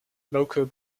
local